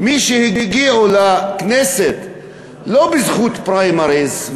מי שהגיעו לכנסת לא בזכות פריימריז,